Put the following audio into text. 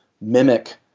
mimic